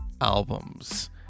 albums